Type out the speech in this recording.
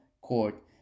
court